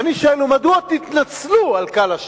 ואני שואל: ומדוע תתנצלו על קהל ה'?